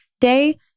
day